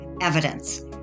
evidence